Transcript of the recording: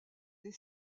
des